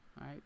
right